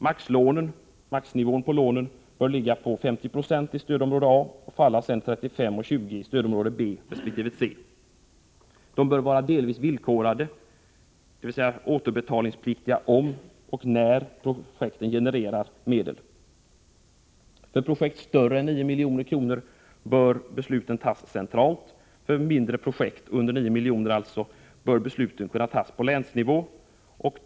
Maxnivån på lånen bör ligga på 50 90 i stödområde A, 35 90 i B och 20 96 i C. Lånen bör vara delvis villkorade, dvs. återbetalningspliktiga om och när projekten genererar intäkter. För projekt större än 9 milj.kr. bör besluten fattas centralt. För projekt under 9 milj.kr. bör besluten kunna fattas på länsnivå.